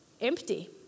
empty